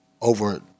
over